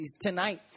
Tonight